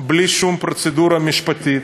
בלי שום פרוצדורה משפטית,